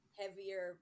heavier